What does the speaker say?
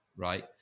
right